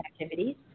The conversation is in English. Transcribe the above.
activities